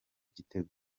igitego